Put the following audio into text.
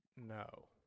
No